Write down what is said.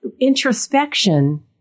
introspection